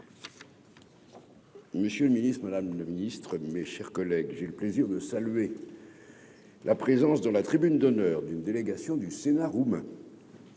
Monsieur le Ministre, Madame le Ministre, mes chers collègues, j'ai le plaisir de saluer la présence dans la tribune d'honneur d'une délégation du Sénat roumain.